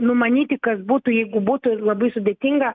numanyti kas būtų jeigu būtų labai sudėtinga